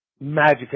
magic